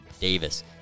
Davis